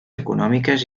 econòmiques